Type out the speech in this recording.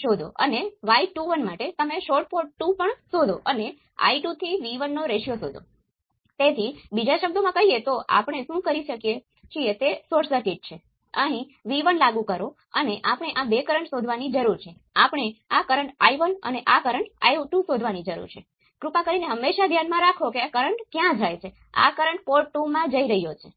સિવાય બીજું કશું નથી કારણ કે V નોટ ને આમાં ડિફાઈન કરવામાં આવે છે અને તે V2 જેવું જ છે